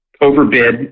overbid